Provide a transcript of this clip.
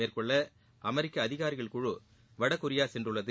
மேற்கொள்ள அமெரிக்க அதிகாரிகள் குழு வடகொரியா சென்றுள்ளது